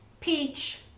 peach